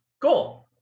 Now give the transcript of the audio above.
cool